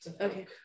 okay